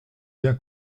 bien